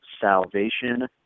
Salvation